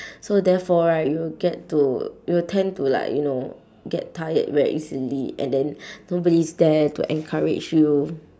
so therefore right you'll get to you'll tend to like you know get tired very easily and then nobody's there to encourage you